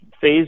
phase